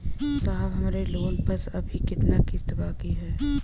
साहब हमरे लोन पर अभी कितना किस्त बाकी ह?